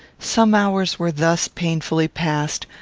some hours were thus painfully past,